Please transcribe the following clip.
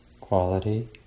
quality